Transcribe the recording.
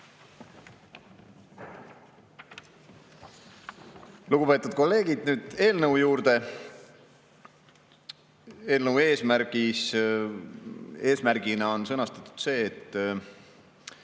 kätt.)Lugupeetud kolleegid, nüüd eelnõu juurde. Eelnõu eesmärgina on sõnastatud, et